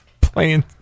Playing